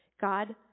God